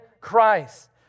Christ